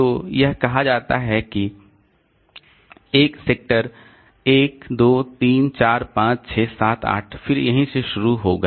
तो यह कहा जाता है कि सेक्टर 1 2 3 4 5 6 7 8 फिर यहीं से शुरू होगा